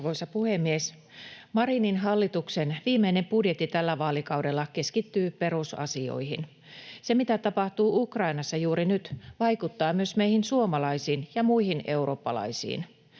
Arvoisa puhemies! Marinin hallituksen viimeinen budjetti tällä vaalikaudella keskittyy perusasioihin. Se, mitä tapahtuu Ukrainassa juuri nyt, vaikuttaa myös meihin suomalaisiin ja muihin eurooppalaisiin.